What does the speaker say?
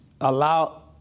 allow